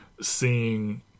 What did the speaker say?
seeing